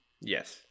Yes